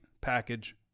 package